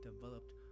developed